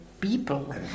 people